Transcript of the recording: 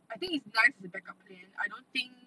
I think it's nice to have a backup plan I don't think